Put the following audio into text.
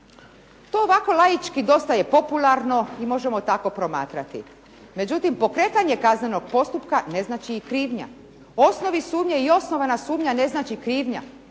To ovako laički dosta je popularno i možemo tako promatrati, međutim pokretanje kaznenog postupka ne znači krivnja, osnovi sumnje i osnovana sumnja ne znači krivnja